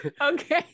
Okay